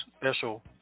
special